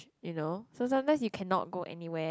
you know so sometimes you cannot go anywhere